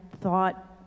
thought